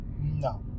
No